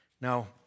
Now